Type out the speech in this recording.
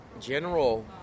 general